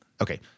Okay